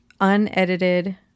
unedited